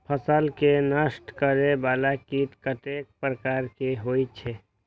फसल के नष्ट करें वाला कीट कतेक प्रकार के होई छै?